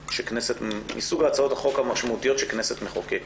מסוג הצעות החוק המשמעותיות שכנסת מחוקקת.